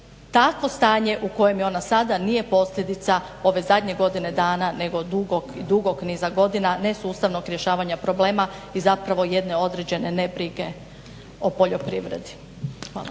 takvo stanje u kojem je ona sada nije posljedica ove zadnje godine dana nego dugog niza godina nesustavnog rješavanja problema i zapravo jedne određene nebrige o poljoprivredi. Hvala.